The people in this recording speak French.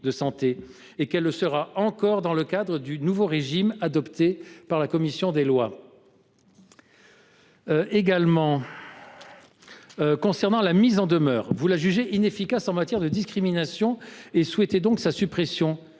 et qu’elle le sera encore dans le cadre du nouveau régime adopté par la commission des lois. Pour ce qui concerne la mise en demeure, vous la jugez inefficace en matière de discrimination et souhaitez donc sa suppression.